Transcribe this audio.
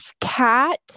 cat